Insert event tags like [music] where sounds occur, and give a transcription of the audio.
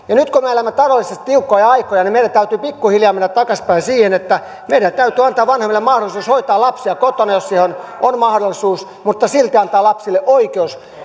ja nyt kun me elämme taloudellisesti tiukkoja aikoja meidän täytyy pikkuhiljaa mennä takaisinpäin siihen että meidänhän täytyy antaa vanhemmille mahdollisuus hoitaa lapsiaan kotona jos siihen on mahdollisuus mutta silti antaa lapsille oikeus [unintelligible]